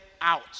out